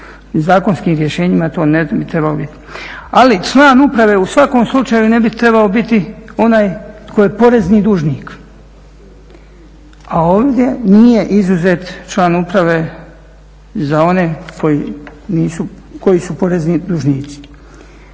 zakonskim rješenjima to ne bi trebalo biti. Ali član uprave u svakom slučaju ne bi trebao biti onaj tko je porezni dužnik, a ovdje nije izuzet član uprave za one koji nisu porezni dužnici.